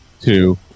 two